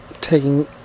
taking